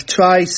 try